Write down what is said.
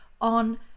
on